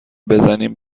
بزنیم